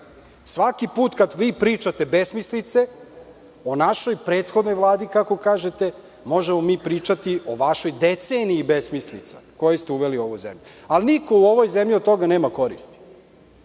Svaki put kada vi pričate besmislice o našoj prethodnoj Vladi, kako kažete, možemo mi pričati o vašoj deceniji besmislica koje ste uveli u ovu zemlju. Ali niko u ovoj zemlji od toga nema koristi.